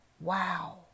wow